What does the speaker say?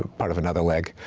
ah part of another leg.